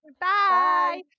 Bye